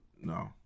No